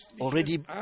already